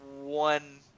one